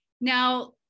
Now